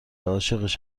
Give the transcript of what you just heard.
عاشقش